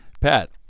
Pat